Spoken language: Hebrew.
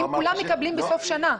כי כולם מקבלים בסוף שנה.